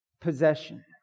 possession